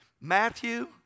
Matthew